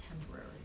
temporary